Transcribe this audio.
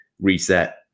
reset